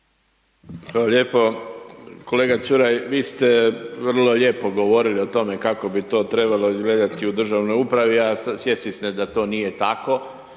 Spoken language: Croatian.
Hvala lijepo, kolega Ćuraj vi ste vrlo lijepo govorili o tome kako bi to trebalo izgledati u državnoj upravi, a svjesni ste da to nije tako